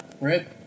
Right